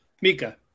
Mika